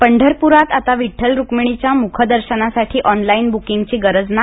पंढरप्रात आता विट्ठल रुक्मिणीच्या म्खदर्शनासाठी ऑनलाईन ब्किंगची गरज नाही